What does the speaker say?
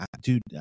dude